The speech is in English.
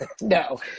no